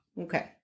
Okay